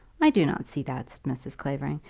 i do not see that, said mrs. clavering.